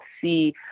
see